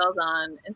on